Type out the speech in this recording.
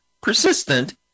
persistent